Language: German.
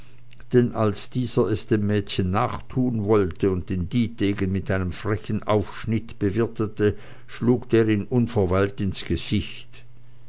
denn als dieser es dem mädchen nachtun wollte und den dietegen mit einem frechen aufschnitt bewirtete schlug der ihn unverweilt ins gesicht